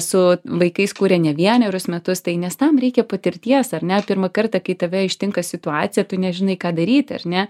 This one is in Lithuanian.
su vaikais kuria ne vienerius metus tai nes tam reikia patirties ar ne pirmą kartą kai tave ištinka situacija tu nežinai ką daryti ar ne